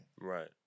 Right